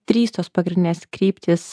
trys tos pagrindinės kryptys